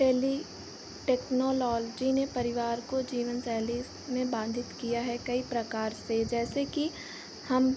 tele technology ने परिवार को जीवन शैली में बाधित किया है कई प्रकार से जैसे कि हम